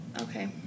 okay